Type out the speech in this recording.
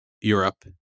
Europe